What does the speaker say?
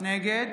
נגד